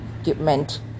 equipment